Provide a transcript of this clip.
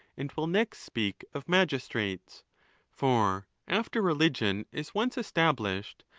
and will next speak of magistrates for after religion is once established,